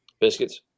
Biscuits